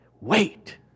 Wait